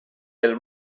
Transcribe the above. del